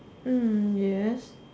yes